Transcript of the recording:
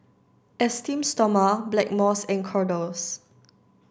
esteem Stoma Blackmores and Kordel's